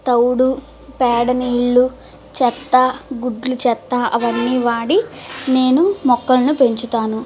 తౌడు పేడనీళ్ళు చెత్త గుడ్లు చెత్త అవన్నీ వాడి నేను మొక్కల్ని పెంచుతాను